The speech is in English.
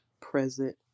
present